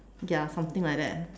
ya something like that